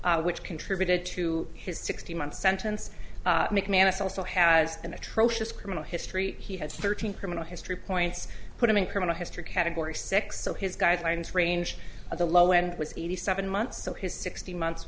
mcmanus which contributed to his sixty month sentence mcmanus also has an atrocious criminal history he has thirteen criminal history points put him in criminal history category six so his guidelines range at the low end was eighty seven months so his sixteen months